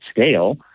scale